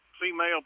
female